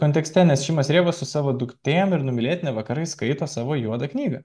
kontekste nes šimas rievas su savo duktėm ir numylėtine vakarais skaito savo juodą knygą